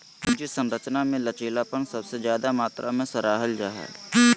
पूंजी संरचना मे लचीलापन सबसे ज्यादे मात्रा मे सराहल जा हाई